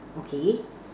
okay